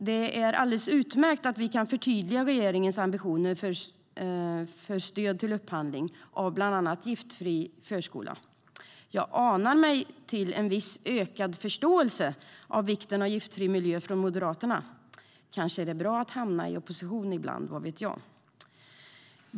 Det är alldeles utmärkt att vi kan förtydliga regeringens ambitioner för stöd till upphandling av bland annat giftfri förskola. Jag anar mig till en viss ökad förståelse av vikten av giftfri miljö från Moderaterna. Kanske är det bra att hamna i opposition ibland, vad vet jag?